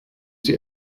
sie